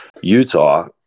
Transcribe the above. Utah